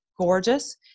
gorgeous